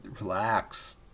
relax